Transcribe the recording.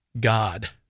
god